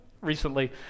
recently